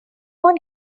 one